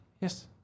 Yes